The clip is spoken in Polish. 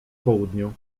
południu